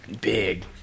big